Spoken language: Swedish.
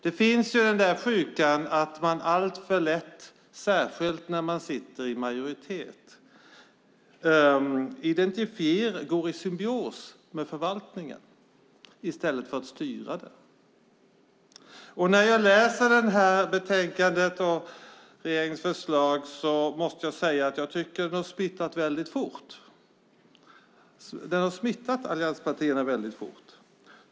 Den sjukan är att man alltför lätt, särskilt när man sitter i majoritet, går i symbios med förvaltningen i stället för att styra den. När jag läser betänkandet och regeringens förslag måste jag säga att jag tycker att denna sjuka har smittat allianspartierna väldigt fort.